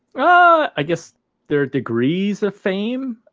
ah i guess they're degrees of fame.